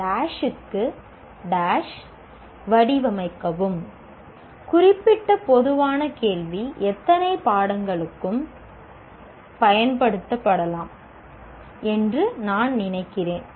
"ஒரு க்கு வடிவமைக்கவும்" குறிப்பிட்ட பொதுவான கேள்வி எத்தனை பாடங்களுக்கும் பயன்படுத்தப்படலாம் என்று நான் நினைக்கிறேன்